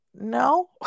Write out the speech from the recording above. no